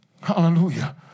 Hallelujah